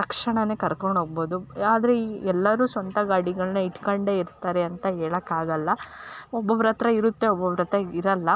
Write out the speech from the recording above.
ತಕ್ಷಣನೆ ಕರ್ಕೊಂಡು ಹೋಗ್ಬೌದು ಆದರೆ ಈ ಎಲ್ಲರು ಸ್ವಂತ ಗಾಡಿಗಳನ್ನ ಇಟ್ಕೊಂಡೇ ಇರ್ತಾರೆ ಅಂತ ಹೇಳೊಕ್ಕಾಗಲ್ಲ ಒಬ್ಬೊಬ್ರ ಹತ್ರ ಇರುತ್ತೆ ಒಬ್ಬೊಬ್ರ ಹತ್ರ ಇರೊಲ್ಲಾ